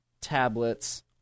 tablets